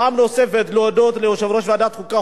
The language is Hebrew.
פעם נוספת להודות ליושב-ראש ועדת החוקה,